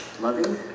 Loving